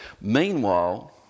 meanwhile